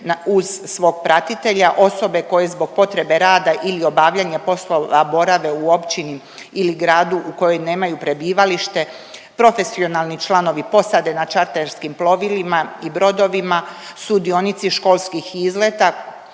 uz svog pratitelja, osobe koje zbog potrebe rada ili obavljanja poslova borave u općini ili gradu u kojoj nemaju prebivalište, profesionalni članovi posade na čarterskim plovilima i brodovima, sudionici školskih izleta